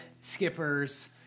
Skipper's